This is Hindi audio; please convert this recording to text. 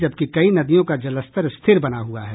जबकि कई नदियों का जलस्तर स्थिर बना हुआ है